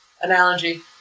analogy